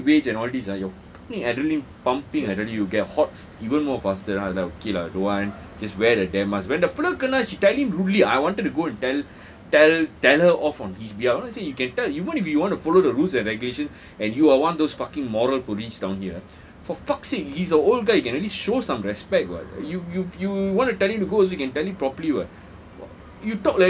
some more now when you carry weights and all these ah your fucking adrenaline pumping I tell you you get hot even more faster I was like okay lah don't want just wear the damn mask when the fella kena she tell him rudely I wanted to go and tell tell tell her off on his behalf I want to say you can tell even if you want to follow the rules and regulation and you are one of those fucking moral police down here for fuck's sake he's a old guy you can at least show some respect [what] you you you want to tell him to go also can tell him properly [what]